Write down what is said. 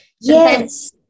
Yes